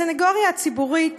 הסנגוריה הציבורית